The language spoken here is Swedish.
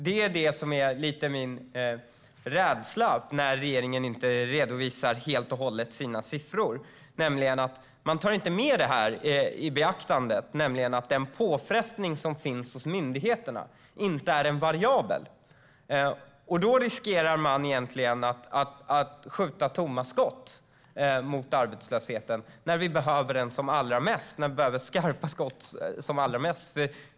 Min rädsla är lite grann att när regeringen inte helt och hållet redovisar sina siffror tar man inte i beaktande att den press som finns på myndigheterna inte är en variabel. Man riskerar att skjuta tomma skott mot arbetslösheten när vi som mest behöver skarpa skott.